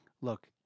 look